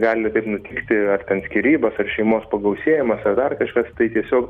gali taip nutikti ar ten skyrybos ar šeimos pagausėjimas ar dar kažkas tai tiesiog